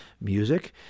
music